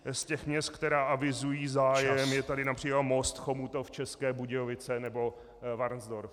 Z těch měst, která avizují zájem, je tady například Most, Chomutov, České Budějovice nebo Varnsdorf.